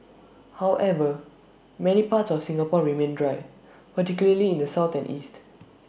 however many parts of Singapore remain dry particularly in the south and east